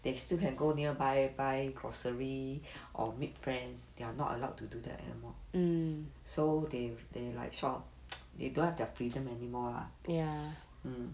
they still can go nearby buy grocery or make friends they are not allowed to do that anymore so they they like sort of they don't have their freedom anymore lah mm